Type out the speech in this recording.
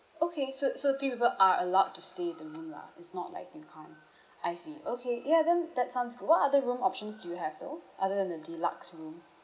okay so so three people are allowed to stay in the room lah it's not like you can't I see okay ya then that sounds good what other room options do you have though other than the deluxe room